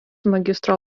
magistro